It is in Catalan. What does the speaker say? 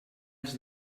els